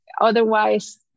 otherwise